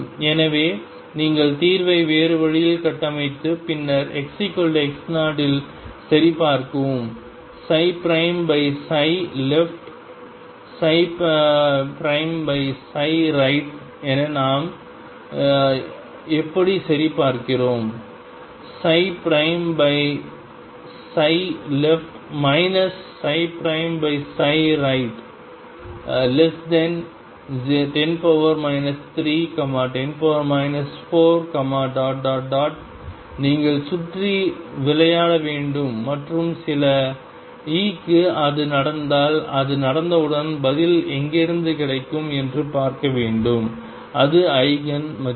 எனவே நீங்கள் தீர்வை வேறு வழியில் கட்டமைத்து பின்னர் xx0 இல் சரிபார்க்கவும் |left |right என நாம் எப்படி சரிபார்க்கிறோம் |left |right10 310 4 நீங்கள் சுற்றி விளையாட வேண்டும் மற்றும் சில E க்கு அது நடந்தால் அது நடந்தவுடன் பதில் எங்கிருந்து கிடைக்கும் என்று பார்க்க வேண்டும் அது ஈஜென் மதிப்பு